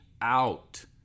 out